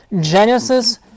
Genesis